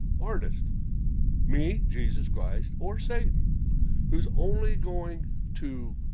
artist me jesus christ or satan who's only going to,